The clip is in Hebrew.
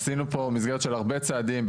עשינו פה מסגרת של הרבה צעדים,